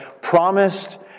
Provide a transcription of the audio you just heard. promised